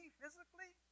physically